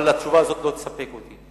אבל התשובה הזאת לא תספק אותי.